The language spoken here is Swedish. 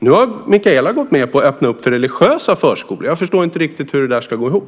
Nu har Mikaela gått med på att öppna upp för religiösa förskolor. Jag förstår inte riktigt hur det ska gå ihop.